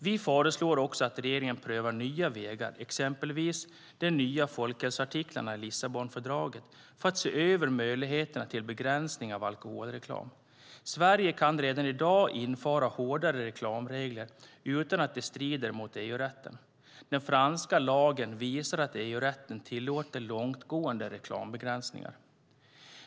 Vi föreslår också att regeringen prövar nya vägar, exempelvis de nya folkhälsoartiklarna i Lissabonfördraget, för att se över möjligheterna till begränsningar av alkoholreklamen. Sverige kan redan i dag införa hårdare reklamregler utan att det strider mot EU-rätten. Den franska lagen visar att EU-rätten tillåter långtgående reklambegränsningar.